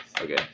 Okay